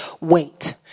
wait